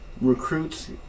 recruits